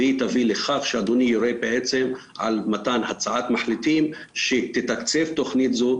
והיא תביא לכך שאדוני יורה על מתן הצעת מחליטים שתתקצב תוכנית זו,